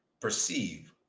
Perceive